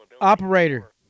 Operator